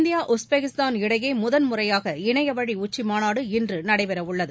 India Uzbekistan இடையே முதன் முறையாக இணையவழி உச்சி மாநாடு இன்று நடைபெறவுள்ளது